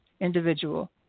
individual